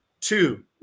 Two